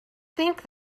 think